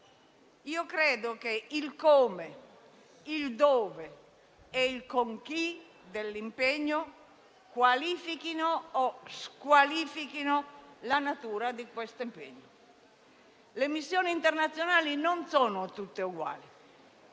ritengo che "il come", "il dove" e "il con chi" dell'impegno qualifichino o squalifichino la natura dello stesso. Le missioni internazionali non sono tutte uguali